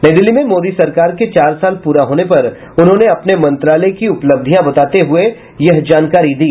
नई दिल्ली में मोदी सरकार के चार साल पूरा होने पर उन्होंने अपने मंत्रालय की उपलब्धियां बताते हुए यह जानकारी दी